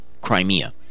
Crimea